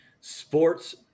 sports